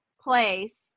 place